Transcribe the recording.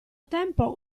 tempo